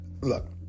Look